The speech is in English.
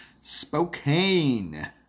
Spokane